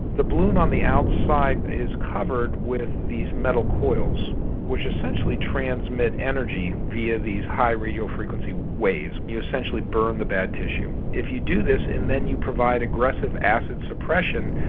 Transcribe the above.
the balloon on the outside is covered with these metal coils which essentially transmit energy via these high radio frequency waves we essentially burn the bad tissue. if you do this and then you provide progressive acid suppression,